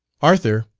arthur,